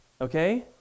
okay